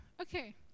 okay